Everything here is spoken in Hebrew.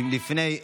בעד.